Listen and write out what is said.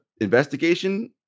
investigation